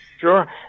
Sure